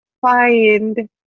find